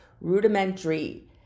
rudimentary